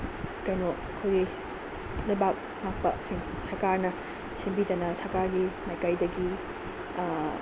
ꯀꯩꯅꯣ ꯑꯩꯈꯣꯏꯒꯤ ꯂꯩꯕꯥꯛ ꯉꯥꯛꯄꯁꯤꯡ ꯁꯔꯀꯥꯔꯅ ꯁꯤꯟꯕꯤꯗꯅ ꯁꯔꯀꯥꯔꯒꯤ ꯃꯥꯏꯀꯩꯗꯒꯤ